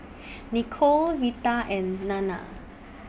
Nikole Retha and Nanna